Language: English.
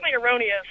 erroneous